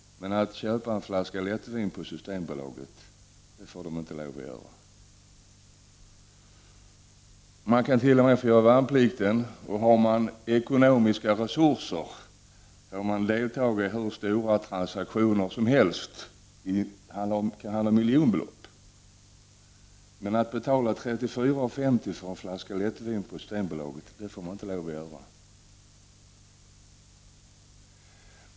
Men köpa en flaska lättvin på Systembolaget, det får de inte lov att göra. Pojkarna kan t.o.m. få göra värnplikten. Har man ekonomiska resurser, får man delta i hur stora transaktioner som helst. Det kan handla om miljonbelopp. Men betala 34:50 kr. för en flaska lättvin på Systembolaget, det får man inte lov att göra.